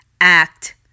act